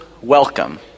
welcome